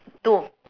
two